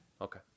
Okay